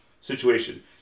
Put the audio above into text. situation